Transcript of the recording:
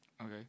Okay